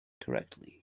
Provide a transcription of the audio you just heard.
correctly